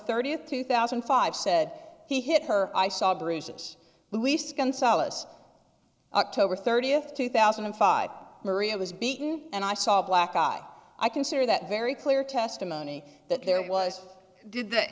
thirtieth two thousand and five said he hit her i saw bruises luis gonzales october thirtieth two thousand and five maria was beaten and i saw a black guy i consider that very clear testimony that there was did they